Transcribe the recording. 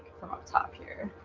from on top here.